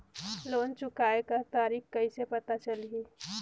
Loan चुकाय कर तारीक कइसे पता चलही?